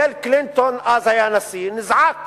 ביל קלינטון היה אז הנשיא, הוא נזעק